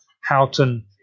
Houghton